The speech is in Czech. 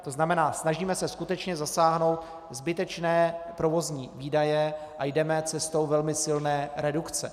To znamená, snažíme se skutečně zasáhnout zbytečné provozní výdaje a jdeme cestou velmi silné redukce.